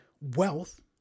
wealth